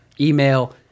email